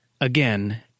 again